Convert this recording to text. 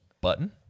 button